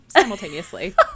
simultaneously